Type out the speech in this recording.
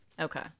Okay